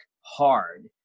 hard